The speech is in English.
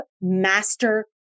master